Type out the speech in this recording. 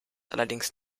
allerdings